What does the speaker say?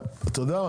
אתה יודע מה,